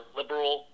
liberal